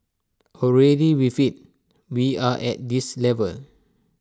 already with IT we are at this level